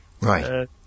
Right